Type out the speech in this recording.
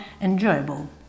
enjoyable